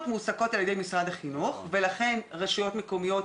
חילקו למספר ילדים נורמטיבי לפי משרד החינוך והגיעו לתקציב שכל"ם של